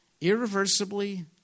irreversibly